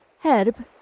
Herb